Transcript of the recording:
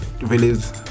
release